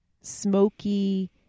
smoky